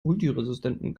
multiresistenten